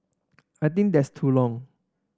I think that's too long